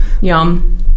Yum